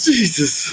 Jesus